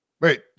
Wait